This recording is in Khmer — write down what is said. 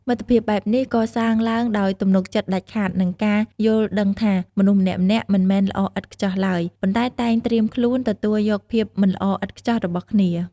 មិត្តភាពបែបនេះ កសាងឡើងដោយ ទំនុកចិត្តដាច់ខាត និងការយល់ដឹងថា មនុស្សម្នាក់ៗមិនមែនល្អឥតខ្ចោះឡើយ ប៉ុន្តែតែងត្រៀមខ្លួនទទួលយកភាពមិនល្អឥតខ្ចោះរបស់គ្នា។